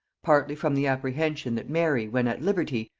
partly from the apprehension that mary, when at liberty,